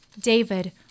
David